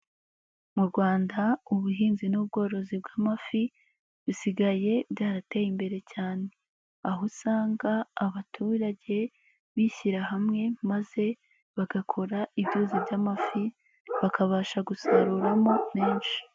Mu Rwanda ubuhinzi n'ubworozi bw'amafi bisigaye byarateye imbere cyane, aho usanga abaturage bishyira hamwe, maze bagakora ibyuzi by'amafi bakabasha gusaruramo menshi.